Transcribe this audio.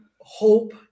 hope